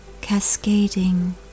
cascading